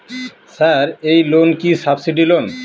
Sir এই loan কি subsidy loan?